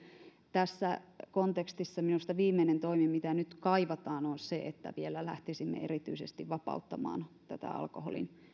tässä kontekstissa minusta viimeinen toimi mitä nyt kaivataan on se että vielä lähtisimme erityisesti vapauttamaan tätä alkoholin